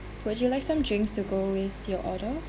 would you like some drinks to go with your order